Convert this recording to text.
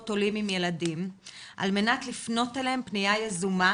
עולים עם ילדים על מנת לפנות אליהם פנייה יזומה